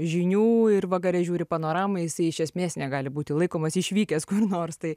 žinių ir vakare žiūri panoramą jisai iš esmės negali būti laikomasi išvykęs kur nors tai